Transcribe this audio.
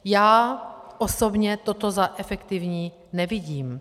Já osobně toto za efektivní nevidím.